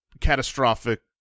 catastrophic